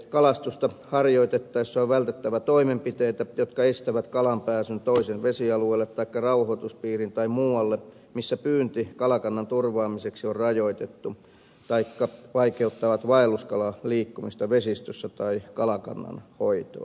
kalastusta harjoitettaessa on vältettävä toimenpiteitä jotka estävät kalan pääsyn toisen vesialueelle taikka rauhoituspiiriin tai muualle missä pyynti kalakannan turvaamiseksi on rajoitettu taikka vaikeuttavat vaelluskalan liikkumista vesistössä tai kalakannan hoitoa